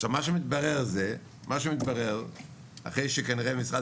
עכשיו מה שמתברר זה שאחרי שכנראה משרד